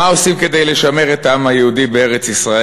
מה עושים כדי לשמר את העם היהודי בארץ-ישראל?